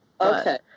Okay